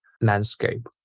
landscape